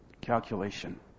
calculation